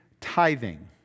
tithing